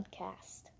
podcast